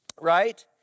right